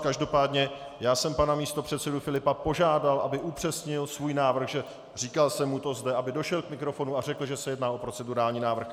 Každopádně já jsem pana místopředsedu Filipa požádal, aby upřesnil svůj návrh, říkal jsem mu to zde, aby došel k mikrofonu a řekl, že se jedná o procedurální návrh.